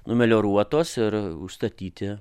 numelioruotos ir užstatyti